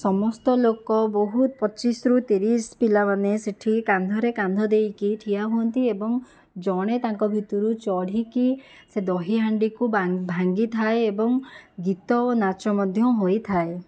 ସମସ୍ତ ଲୋକ ବହୁତ ପଚିଶରୁ ତିରିଶ ପିଲାମାନେ ସେଠି କାନ୍ଧରେ କାନ୍ଧ ଦେଇକି ଠିଆ ହୁଅନ୍ତି ଏବଂ ଜଣେ ତାଙ୍କ ଭିତରୁ ଚଢ଼ିକି ସେ ଦହି ହାଣ୍ଡିକୁ ଭାଙ୍ଗିଥାଏ ଏବଂ ଗୀତ ଓ ନାଚ ମଧ୍ୟ ହୋଇଥାଏ